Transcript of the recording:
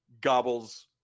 gobbles